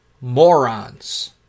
Morons